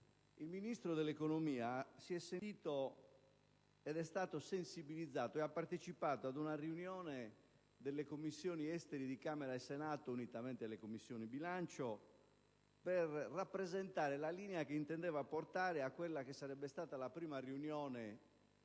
il Ministro dell'economia è stato sensibilizzato ed ha partecipato ad una riunione delle Commissioni esteri di Camera e Senato, unitamente alle Commissioni bilancio, per rappresentare la linea che intendeva sostenere in seno a quella che sarebbe stata la prima riunione